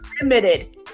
limited